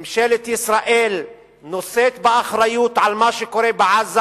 ממשלת ישראל נושאת באחריות למה שקורה בעזה.